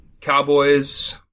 cowboys